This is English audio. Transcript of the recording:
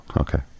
Okay